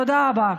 תודה רבה.